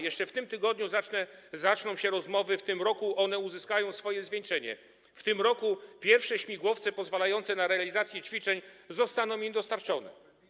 Jeszcze w tym tygodniu zaczną się rozmowy, w tym roku one uzyskają swoje zwieńczenie, w tym roku pierwsze śmigłowce pozwalające na realizację ćwiczeń zostaną im dostarczone.